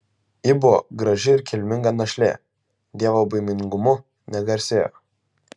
ji buvo graži ir kilminga našlė dievobaimingumu negarsėjo